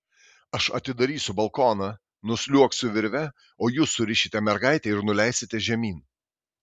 aš atidarysiu balkoną nusliuogsiu virve o jūs surišite mergaitę ir nuleisite žemyn